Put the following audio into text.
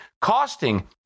costing